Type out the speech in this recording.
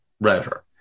router